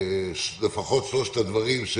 לפחות שלושת הדברים הבאים: